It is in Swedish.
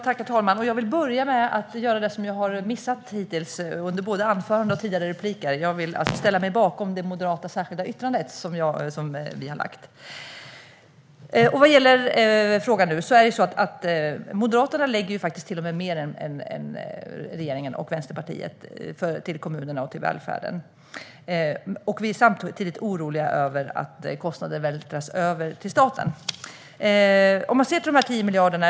Herr talman! Jag vill börja med att göra det som jag har missat hittills under både anförande och tidigare repliker: Jag vill ställa mig bakom det moderata särskilda yttrandet. Moderaterna lägger till och med mer än regeringen och Vänsterpartiet på kommunerna och välfärden. Vi är samtidigt oroliga över att kostnader vältras över på staten. Låt oss se på de här 10 miljarderna.